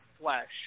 flesh